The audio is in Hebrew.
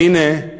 והנה,